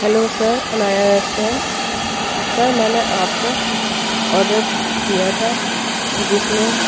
hello sir Inaya restaurant sir میں نے آپ کو آرڈر دیا تھا جس میں